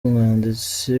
umwanditsi